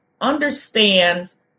understands